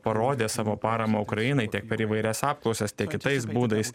parodė savo paramą ukrainai tiek per įvairias apklausas tiek kitais būdais